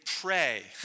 pray